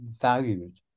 valued